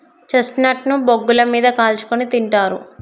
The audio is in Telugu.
చెస్ట్నట్ ను బొగ్గుల మీద కాల్చుకుని తింటారు